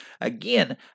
again